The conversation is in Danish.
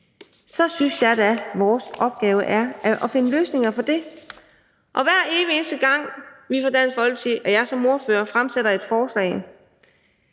Så synes jeg da, at vores opgave er at finde løsninger på det. Og hver evig eneste gang vi i Dansk Folkeparti og jeg som ordfører fremsætter et forslag